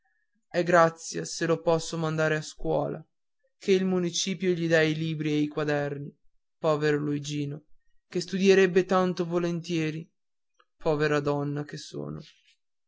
è grazia se lo posso mandar a scuola ché il municipio gli dà i libri e i quaderni povero luigino che studierebbe tanto volentieri povera donna che sono